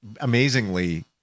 amazingly